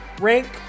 rank